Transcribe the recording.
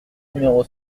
numéro